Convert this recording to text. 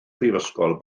prifysgol